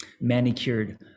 manicured